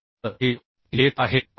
तर हे येत आहे 65